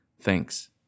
thanks